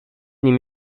nim